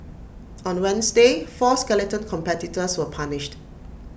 on Wednesday four skeleton competitors were punished